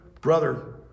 brother